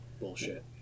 bullshit